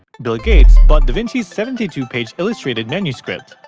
bill gates bought da vinci's seventy two page illustrated manuscript.